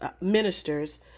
ministers